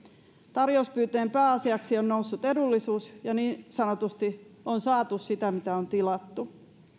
tarjouspyyntöjen pääasiaksi on noussut edullisuus ja niin sanotusti on saatu sitä mitä on tilattu